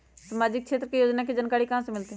सामाजिक क्षेत्र के योजना के जानकारी कहाँ से मिलतै?